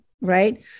right